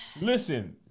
Listen